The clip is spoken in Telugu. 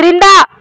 క్రింద